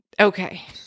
okay